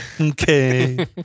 Okay